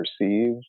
perceived